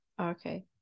Okay